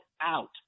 out